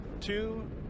Two